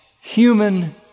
human